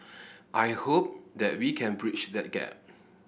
I hope that we can breach that gap